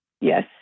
Yes